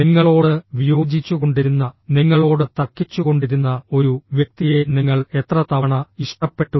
നിങ്ങളോട് വിയോജിച്ചുകൊണ്ടിരുന്ന നിങ്ങളോട് തർക്കിച്ചുകൊണ്ടിരുന്ന ഒരു വ്യക്തിയെ നിങ്ങൾ എത്ര തവണ ഇഷ്ടപ്പെട്ടു